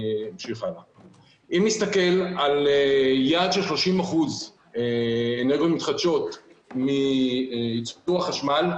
אם נסתכל על יעד של 30 אחוזים אנרגיות מתחדשות מייצור החשמל,